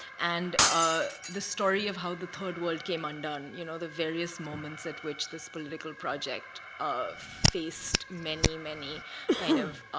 and ah the story of how the third world came undone, you know the various moments at which this political project faced many, many kind of